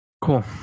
cool